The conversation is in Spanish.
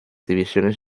divisiones